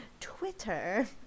Twitter